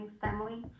family